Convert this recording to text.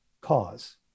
cause